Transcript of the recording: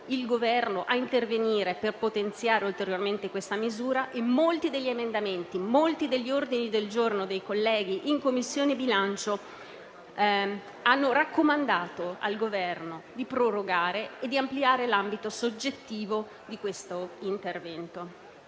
il Governo a intervenire per potenziare ulteriormente questa misura; allo stesso modo, molti degli emendamenti e ordini del giorno presentati dai colleghi in Commissione bilancio hanno raccomandato al Governo di prorogare e ampliare l'ambito soggettivo di tale intervento.